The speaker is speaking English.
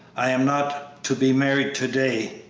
i am not to be married to-day,